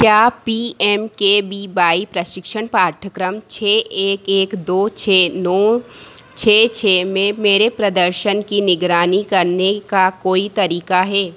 क्या P M K B Y प्रशिक्षण पाठ्यक्रम छः एक एक दो छः नौ छः छः में मेरे प्रदर्शन की निगरानी करने का कोई तरीका हे